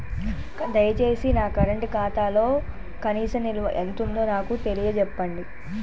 దయచేసి నా కరెంట్ ఖాతాలో కనీస నిల్వ ఎంతుందో నాకు తెలియచెప్పండి